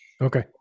Okay